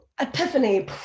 epiphany